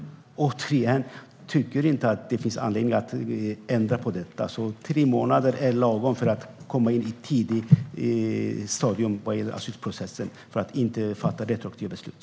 Återigen: Jag tycker inte att det finns anledning att ändra på detta. Tre månader är lagom för att komma in i ett tidigt stadium vad gäller asylprocessen och för att inte fatta retroaktiva beslut.